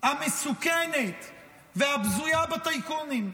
המסוכנת והבזויה בטייקונים.